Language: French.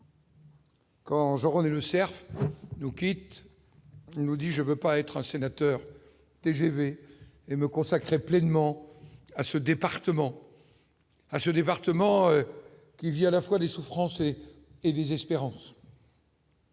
Quand Jean-René Lecerf nous quitte, nous dit je veux pas être un sénateur TGV et me consacrer pleinement à ce département à ce département, il y a la fois des souffrances et et désespérant.